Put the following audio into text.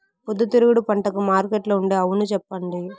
పొద్దుతిరుగుడు పంటకు మార్కెట్లో ఉండే అవును చెప్పండి?